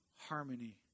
harmony